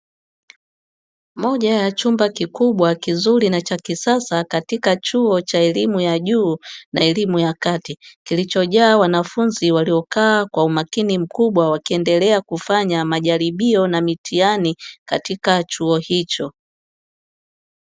Moja ya chumba kikubwa, kizuri na cha kisasa katika chuo cha elimu ya juu na ya kati, kilichojaa wanafunzi waliokaa kwa umakini mkubwa wakiendelea kufanya majaribio na mitihani katika chuo hicho.